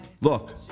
Look